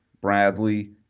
Bradley